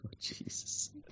Jesus